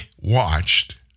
watched